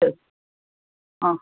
சரி ஆ